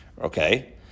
Okay